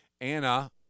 Anna